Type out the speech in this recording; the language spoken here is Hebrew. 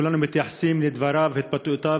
כולנו מתייחסים לדבריו והתבטאויותיו